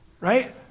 Right